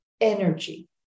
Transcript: energy